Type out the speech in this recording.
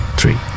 Three